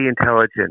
intelligent